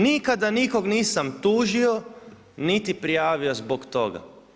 Nikada nikog nisam tužio niti prijavio zbog toga.